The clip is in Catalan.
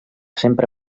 sempre